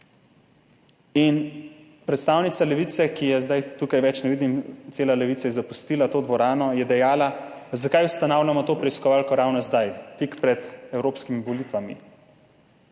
Predstavnica Levice, ki je zdaj tukaj več ne vidim, cela Levica je zapustila to dvorano, je dejala, zakaj ustanavljamo to preiskovalko ravno zdaj, tik pred evropskimi volitvami.